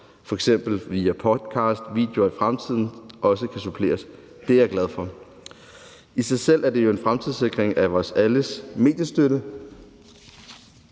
f.eks. via podcasts og videoer, i fremtiden også kan komme med i supplementsordningen . Det er jeg glad for. I sig selv er det jo en fremtidssikring af vores alles mediestøtte,